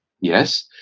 yes